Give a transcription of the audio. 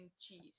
cheese